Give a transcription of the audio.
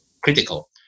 critical